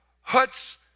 huts